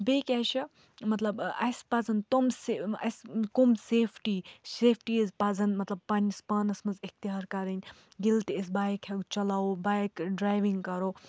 بیٚیہِ کیٛاہ چھِ مَطلب اَسہِ پَزَن تُم اَسہِ کُم سیٚفٹی سیٚفٹِیٖز پَزَن مطلب پَنٛنِس پانَس منٛز اِختیار کَرٕنۍ ییٚلہِ تہِ أسۍ بایک ہیٚو چَلاوو بایِک ڈرٛایوِنٛگ کَرو